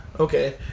Okay